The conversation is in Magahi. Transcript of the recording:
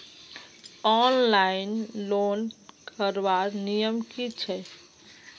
ऑनलाइन लोन करवार नियम की छे?